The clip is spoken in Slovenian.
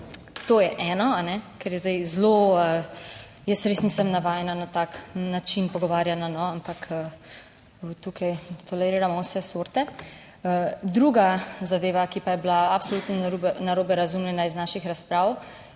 To je eno, ne, ker je zdaj zelo, jaz res nisem navajena na tak način pogovarjanja, no, ampak tukaj toleriramo vse sorte. Druga zadeva, ki pa je bila absolutno narobe razumljena iz naših razprav